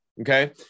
okay